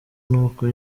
n’uko